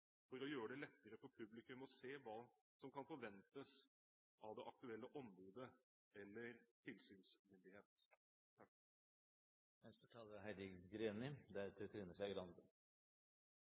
for å gjøre det lettere for publikum å se hva som kan forventes av det aktuelle ombudet eller den aktuelle tilsynsmyndighet. I Senterpartiet er